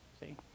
See